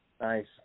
Nice